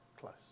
close